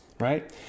right